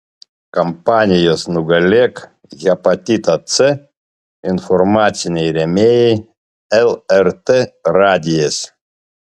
kampanijos nugalėk hepatitą c informaciniai rėmėjai lrt radijas